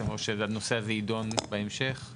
אתם רוצים שהנושא הזה יידון בהמשך?